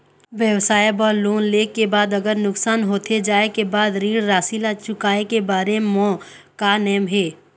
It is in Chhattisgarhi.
व्यवसाय बर लोन ले के बाद अगर नुकसान होथे जाय के बाद ऋण राशि ला चुकाए के बारे म का नेम हे?